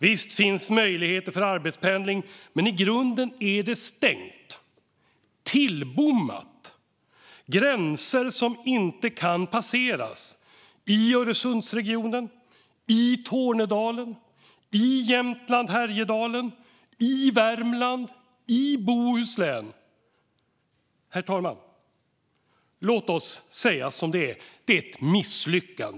Visst finns möjligheter för arbetspendling, men i grunden är det stängt. Det är tillbommat, med gränser som inte kan passeras i Öresundsregionen, i Tornedalen, i Jämtland Härjedalen, i Värmland och i Bohuslän. Herr talman! Låt oss säga som det är: Det är ett misslyckande.